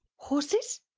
horses?